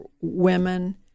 women